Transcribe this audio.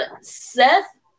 Seth